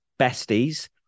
besties